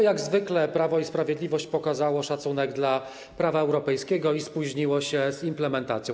Jak zwykle Prawo i Sprawiedliwość pokazało szacunek dla prawa europejskiego i spóźniło się z implementacją.